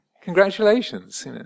congratulations